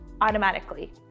automatically